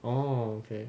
oh okay